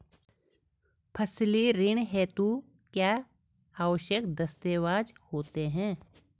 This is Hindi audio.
फसली ऋण हेतु क्या क्या आवश्यक दस्तावेज़ होते हैं?